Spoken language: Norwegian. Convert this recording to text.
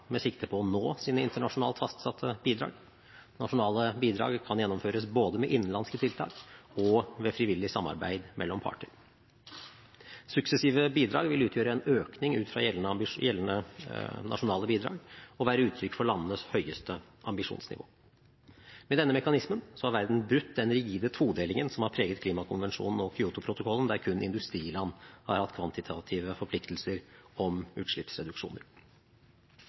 med sikte på å nå sine nasjonalt fastsatte bidrag. Nasjonale bidrag kan gjennomføres både med innenlandske tiltak og ved frivillig samarbeid mellom parter. Suksessive bidrag vil utgjøre en økning ut fra gjeldende nasjonale bidrag og være uttrykk for landenes høyeste ambisjonsnivå. Med denne mekanismen har verden brutt den rigide todelingen som har preget klimakonvensjonen og Kyotoprotokollen, der kun industriland har hatt kvantitative forpliktelser om utslippsreduksjoner.